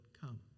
come